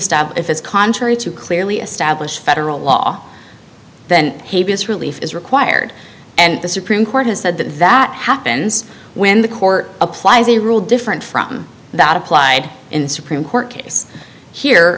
stop if it's contrary to clearly established federal law then relief is required and the supreme court has said that that happens when the court applies a rule different from that applied in supreme court case here